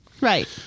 Right